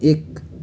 एक